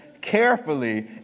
Carefully